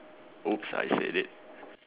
!oops! I said it